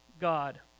God